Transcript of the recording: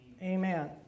Amen